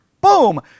boom